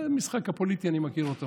המשחק הפוליטי, אני מכיר אותו